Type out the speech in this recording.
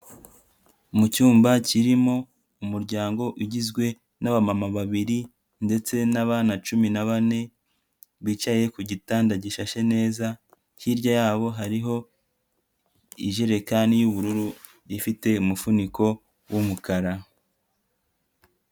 Mu cyumba kirimo umuryango ugizwe n'abamama babiri ndetse n'abana cumi na bane bicaye ku gitanda gishashe neza, hirya yabo hariho ijerekani y'ubururu ifite umufuniko w'umukara.